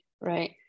right